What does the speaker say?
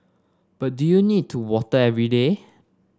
but do you need to water every day